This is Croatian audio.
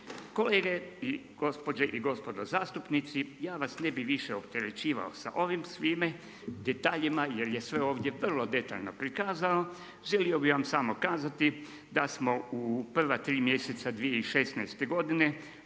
Kolege i gospođe i gospodo zastupnici ja vas ne bih više opterećivao sa ovim svime detaljima jer je sve ovdje vrlo detaljno prikazano. Želio bih vam samo kazati da smo u prva tri mjeseca 2016. godine